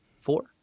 four